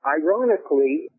Ironically